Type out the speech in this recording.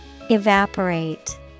Evaporate